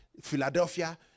Philadelphia